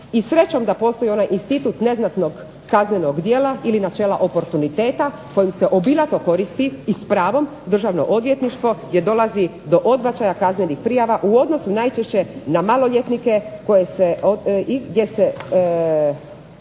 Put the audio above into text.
i srećom da postoji onaj institut neznatnog kaznenog djela ili načela oportuniteta kojim se obilatom koristi i s pravom Državno odvjetništvo gdje dolazi do odbačaja kaznenih prijava u odnosu najčešće na maloljetnike kada se